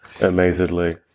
Amazedly